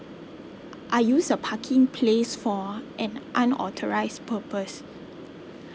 I use a parking place for an unauthorised purpose